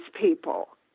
people